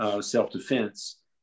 self-defense